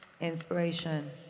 inspiration